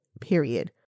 period